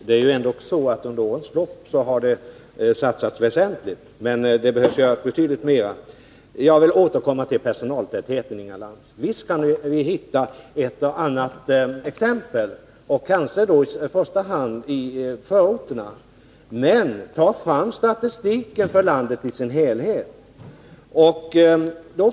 Herr talman! Under årens lopp har det satsats väsentligt på barnomsorgen. Men det behöver göras betydligt mera. Jag vill återkomma till personaltätheten, Inga Lantz. Visst kan man hitta ett och annat exempel, kanske i första hand i förorterna, på låg personaltäthet. Men ta fram statistiken för landet i dess helhet!